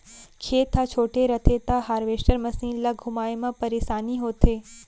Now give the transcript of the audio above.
खेत ह छोटे रथे त हारवेस्टर मसीन ल घुमाए म परेसानी होथे